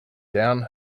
down